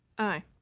aye.